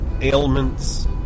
ailments